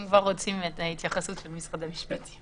אם כבר רוצים את ההתייחסות של משרד המשפטים.